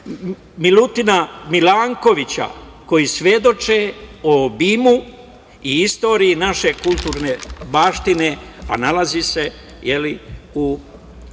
Milutina Milankovića koji svedoče o obimu i istoriji naše kulturne baštine, a nalaze se u zgradi